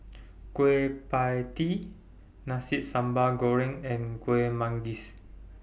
Kueh PIE Tee Nasi Sambal Goreng and Kueh Manggis